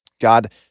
God